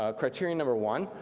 ah criterion number one,